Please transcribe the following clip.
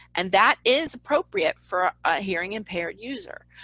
and that is appropriate for a hearing impaired user.